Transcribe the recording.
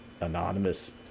anonymous